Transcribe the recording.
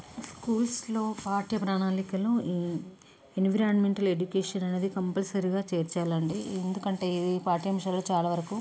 స్కూల్స్లో పాఠ్య ప్రణాళికలు ఎన్విరాన్మెంటల్ ఎడ్యుకేషన్ అనేది కంపల్సరిగా చేర్చాలండీ ఎందుకంటే ఈ పాఠ్యాంశాలు చాలా వరకు